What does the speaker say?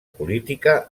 política